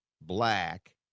black